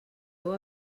seua